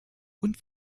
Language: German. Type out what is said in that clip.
und